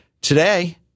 Today